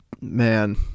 man